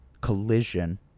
collision